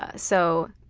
ah so